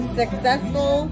successful